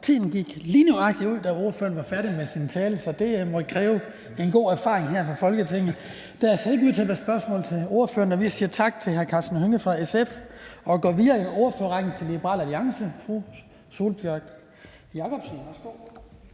Tiden løb lige nøjagtig ud, da ordføreren var færdig med sin tale, så det må kræve en god erfaring her fra Folketinget. Der ser ikke ud til at være spørgsmål til ordføreren. Vi siger tak til hr. Karsten Hønge fra SF og går videre i ordførerrækken til Liberal Alliance. Fru Sólbjørg Jakobsen,